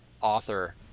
author